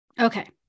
okay